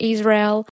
Israel